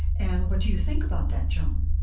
and what do you think about that, joan?